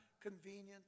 convenient